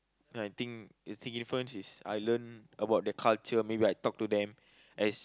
I think the difference is I learn about the culture maybe I talk to them as